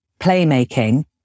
playmaking